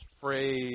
phrase